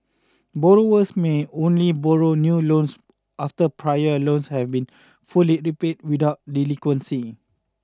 borrowers may only borrow new loans after prior loans have been fully repaid without delinquency